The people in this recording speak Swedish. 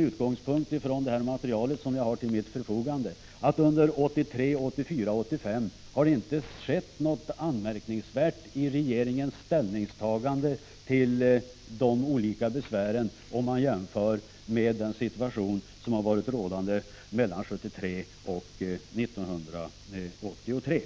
utgångspunkt i det material som jag har till mitt förfogande tror jag att jag vågar påstå att det under 1983, 1984 och 1985 inte har skett något anmärkningsvärt när det gäller regeringens ställningstagande till olika besvär om man jämför med hur det var under åren 1973-1983.